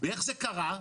ואיך זה קרה?